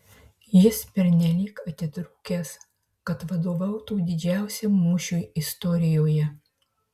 jis pernelyg atitrūkęs kad vadovautų didžiausiam mūšiui istorijoje